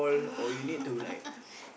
yeah